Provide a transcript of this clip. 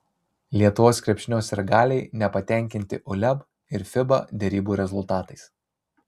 lietuvos krepšinio sirgaliai nepatenkinti uleb ir fiba derybų rezultatais